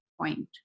point